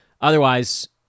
Otherwise